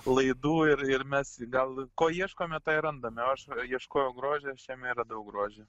laidų ir ir mes gal ko ieškome tą ir randame o aš ieškojau grožio aš jame ir radau grožį